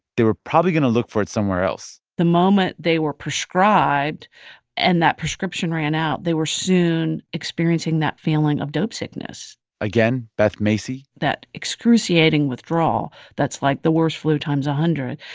they were probably going to look for it somewhere else the moment they were prescribed and that prescription ran out, they were soon experiencing that feeling of dope sickness again, beth macy that excruciating withdrawal that's like the worst flu times a hundred.